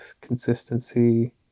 consistency